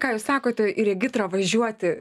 ką jūs sakote į regitrą važiuoti